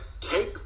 take